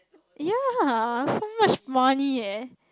ya so much money eh